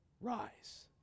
Rise